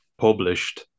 published